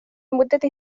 لمدة